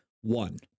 one